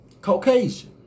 Caucasian